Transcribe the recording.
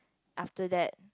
after that